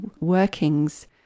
workings